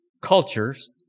cultures